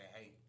hey